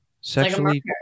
Sexually